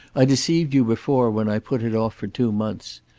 i deceived you before when i put it off for two months.